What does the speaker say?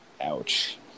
Ouch